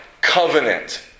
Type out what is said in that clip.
covenant